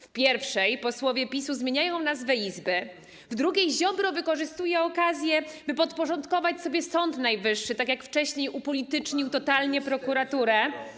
W pierwszej posłowie PiS zmieniają nazwę izby, w drugiej Ziobro wykorzystuje okazję, by podporządkować sobie Sąd Najwyższy, tak jak wcześniej upolitycznił totalnie prokuraturę.